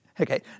Okay